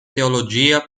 teologia